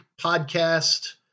podcast